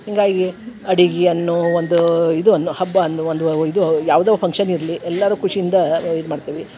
ಹೀಗಾಗಿ ಅಡಿಗೆಯನ್ನು ಒಂದು ಇದು ಅನ್ನುವ ಹಬ್ಬ ಅನ್ನುವ ಒಂದು ಇದು ಯಾವುದೋ ಫಂಕ್ಷನ್ ಇರಲಿ ಎಲ್ಲರೂ ಖುಷಿಯಿಂದ ಇದು ಮಾಡ್ತೇವೆ